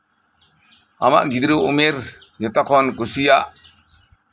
ᱟᱢᱟᱜ ᱜᱤᱫᱽᱨᱟᱹ ᱩᱢᱮᱨ ᱡᱚᱛᱠᱷᱚᱱ ᱠᱩᱥᱤᱭᱟᱜ